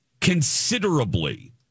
considerably